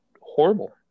horrible